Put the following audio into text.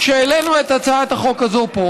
כשהעלינו את הצעת החוק הזאת פה,